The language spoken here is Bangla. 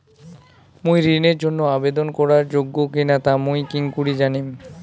মুই ঋণের জন্য আবেদন করার যোগ্য কিনা তা মুই কেঙকরি জানিম?